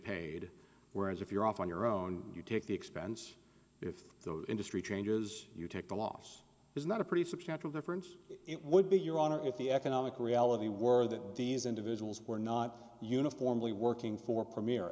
paid whereas if you're off on your own you take the expense if the industry changes you take the loss is not a pretty substantial difference it would be your honor if the economic reality were that these individuals were not uniformly working for premier